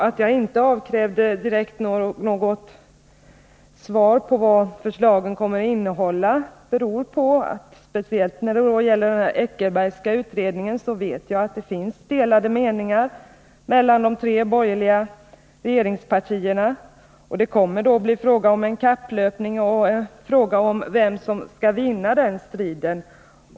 Att jag inte avkrävde industriministern något direkt svar på frågan om vad förslagen kommer att innehålla beror på att jag, speciellt när det gäller den s.k. Eckerbergska utredningen, vet att det bland de tre borgerliga regeringspartierna råder delade meningar och att det således kommer att bli fråga om kapplöpning, om vem som skall vinna striden.